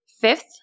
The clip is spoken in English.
Fifth